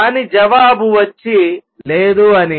దాని జవాబు వచ్చి లేదు అని